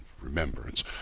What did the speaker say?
remembrance